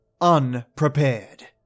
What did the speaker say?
unprepared